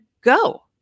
go